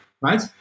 right